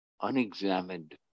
unexamined